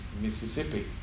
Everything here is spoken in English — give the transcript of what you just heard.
Mississippi